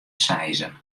seizen